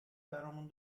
برامون